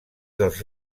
dels